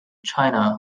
china